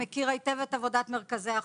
שמכיר היטב את עבודת מרכזי החוסן.